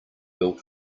built